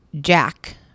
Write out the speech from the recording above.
Jack